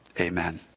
Amen